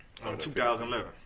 2011